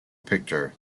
picture